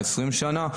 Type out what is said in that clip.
20 שנה,